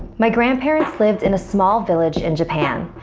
my grandparents lived in a small village in japan.